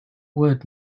would